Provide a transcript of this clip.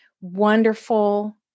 wonderful